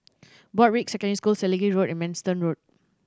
Broadrick Secondary School Selegie Road and Manston Road